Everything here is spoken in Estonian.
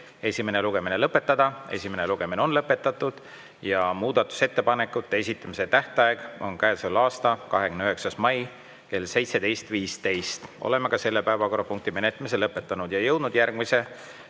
esimene lugemine lõpetada. Esimene lugemine on lõpetatud ja muudatusettepanekute esitamise tähtaeg on käesoleva aasta 29. mai kell 17.15. Oleme ka selle päevakorrapunkti menetlemise lõpetanud. Oleme jõudnud järgmise